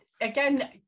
Again